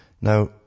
Now